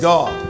God